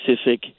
specific